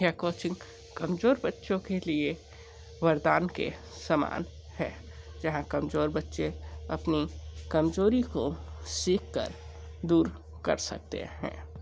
यह कोचिंग कमजोर बच्चों के लिए वरदान के समान है जहाँ कमजोर बच्चे अपनी कमजोरी को सीख कर दूर कर सकते हैं